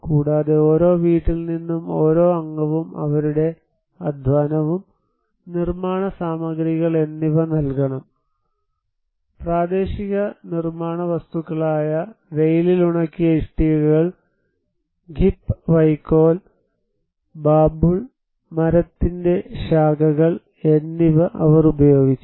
കൂടാതെ ഓരോ വീട്ടിൽ നിന്നും ഓരോ അംഗവും അവരുടെ അധ്വാനവും നിർമ്മാണ സാമഗ്രികൾ എന്നിവ നൽകണം പ്രാദേശിക നിർമ്മാണ വസ്തുക്കളായ വെയിലിൽ ഉണക്കിയ ഇഷ്ടികകൾ ഖിപ്പ് വൈക്കോൽ ബാബൂൾ മരത്തിന്റെ ശാഖകൾ എന്നിവ അവർ ഉപയോഗിച്ചു